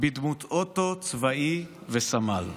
בדמות אוטו צבאי וסמל.